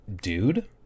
dude